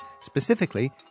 specifically